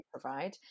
provide